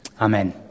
amen